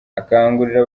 akangurira